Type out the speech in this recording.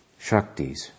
shaktis